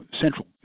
central